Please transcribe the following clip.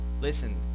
Listen